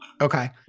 Okay